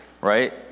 right